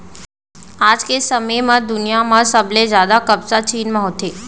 आज के समे म दुनिया म सबले जादा कपसा चीन म होथे